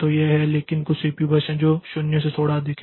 तो यह है लेकिन कुछ सीपीयू बर्स्ट हैं जो 0 से थोड़ा अधिक है